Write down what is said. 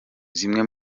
zimwe